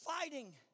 fighting